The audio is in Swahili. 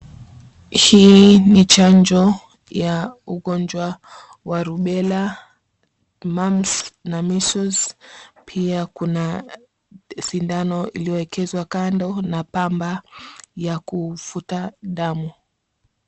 Hii ni chanjo ya ugonjwa wa rubela, mum𝑝s na measles . Pia kuna sindano iliowekezwa kando na pamba ya kufuta damu.